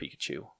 Pikachu